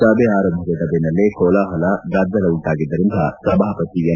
ಸಭೆ ಆರಂಭಗೊಂಡ ಬೆನ್ನಲ್ಲೇ ಕೋಲಾಹಲ ಗದ್ದಲ ಉಂಟಾಗಿದ್ದರಿಂದ ಸಭಾಪತಿ ಎಂ